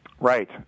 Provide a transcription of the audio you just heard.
Right